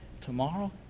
tomorrow